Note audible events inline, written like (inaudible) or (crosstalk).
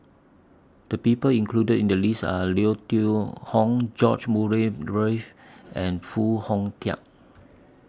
The People included in The list Are Leo (unintelligible) Tong George Murray Reith and Foo Hong Tatt